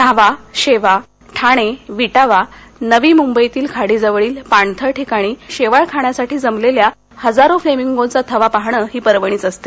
न्हावा शेवा ठाणे विटावा नवी मुंबईतील खाडीजवळील पाणथळ ठिकाणी शेवाळं खाण्यासाठी जमलेल्या हजारो फ्लेमिंगोंचा थवा पहाणं ही पर्वणीच असते